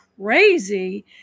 crazy